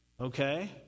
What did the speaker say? okay